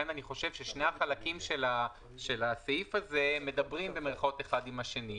שני החלקים של הסעיף הזה "מדברים" אחד עם השני.